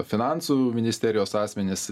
finansų ministerijos asmenis